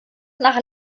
nach